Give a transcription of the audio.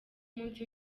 umunsi